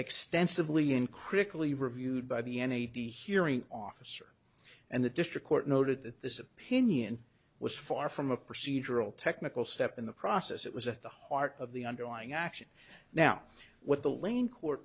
extensively uncritically reviewed by the ne the hearing officer and the district court noted that this opinion was far from a procedural technical step in the process it was at the heart of the underlying action now what the lane court